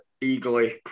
eagerly